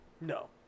No